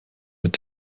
mit